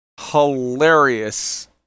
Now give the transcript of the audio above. hilarious